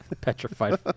Petrified